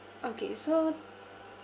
okay so